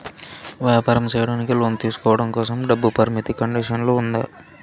వ్యాపారం సేయడానికి లోను తీసుకోవడం కోసం, డబ్బు పరిమితి కండిషన్లు ఉందా?